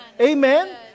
Amen